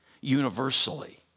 universally